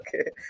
Okay